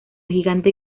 gigante